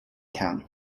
town